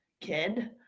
kid